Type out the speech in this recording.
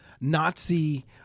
Nazi